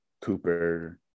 cooper